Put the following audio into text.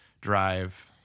drive